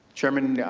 chairman,